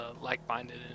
like-minded